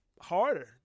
harder